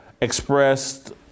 expressed